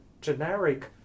generic